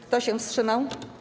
Kto się wstrzymał?